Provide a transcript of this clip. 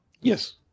Yes